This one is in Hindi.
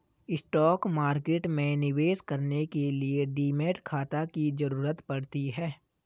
स्टॉक मार्केट में निवेश करने के लिए डीमैट खाता की जरुरत पड़ती है